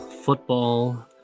football